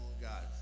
God